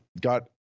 got